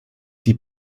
die